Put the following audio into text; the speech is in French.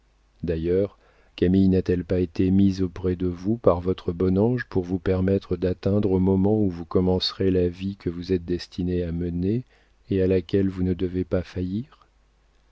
d'ailleurs camille n'a-t-elle pas été mise auprès de vous par votre bon ange pour vous permettre d'atteindre au moment où vous commencerez la vie que vous êtes destiné à mener et à laquelle vous ne devez pas faillir